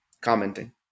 commenting